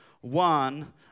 one